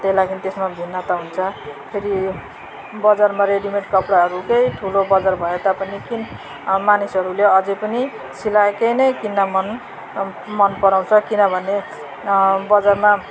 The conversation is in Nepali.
त्यही लागि त्यसमा भिन्नता हुन्छ फेरि बजारमा रेडीमेड कपडाहरूकै ठुलो बजार भए तापनि किन मानिसहरूले अझै पनि सिलाएकै नै किन्न मन मन पराउँछ किनभने बजारमा